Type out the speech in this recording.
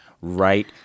right